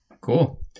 Cool